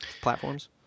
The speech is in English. platforms